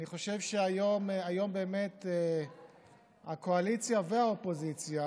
אני חושב שהיום באמת הקואליציה והאופוזיציה,